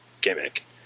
gimmick